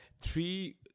three